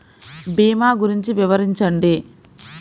భీమా గురించి వివరించండి?